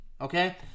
Okay